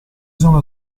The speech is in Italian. sono